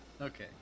Okay